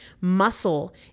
Muscle